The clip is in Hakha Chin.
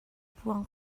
puan